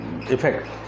effect